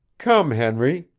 come, henry,